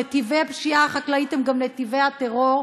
נתיבי הפשיעה החקלאית הם גם נתיבי הטרור,